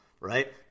right